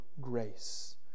Grace